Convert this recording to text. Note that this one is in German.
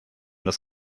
das